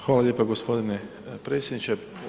Hvala lijepo gospodine predsjedniče.